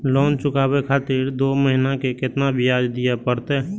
Loan चुकाबे खातिर दो महीना के केतना ब्याज दिये परतें?